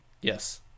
Yes